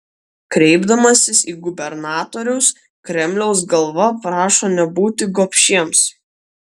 kreipdamasis į gubernatorius kremliaus galva prašo nebūti gobšiems